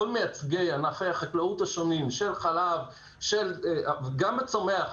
המייצגים של ענפי החקלאות השונים, חלב וגם הצומח.